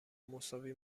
مساوی